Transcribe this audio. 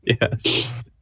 Yes